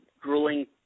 grueling